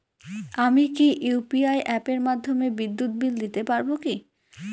আমি কি ইউ.পি.আই অ্যাপের মাধ্যমে বিদ্যুৎ বিল দিতে পারবো কি?